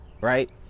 right